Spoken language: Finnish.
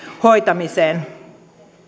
hoitamiseen